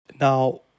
Now